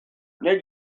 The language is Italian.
nel